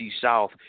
South